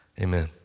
amen